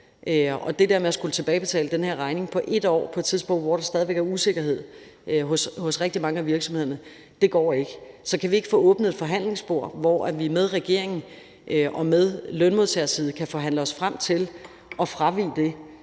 der med at skulle tilbagebetale den her regning på 1 år på et tidspunkt, hvor der stadig væk er usikkerhed hos rigtig mange af virksomhederne, går ikke – så kan vi ikke få åbnet et forhandlingsbord, hvor vi med regeringen og med lønmodtagerside kan forhandle os frem til at fravige det